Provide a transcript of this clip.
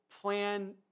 plan